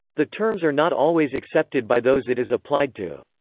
the terms are not always accepted by those it is applied to.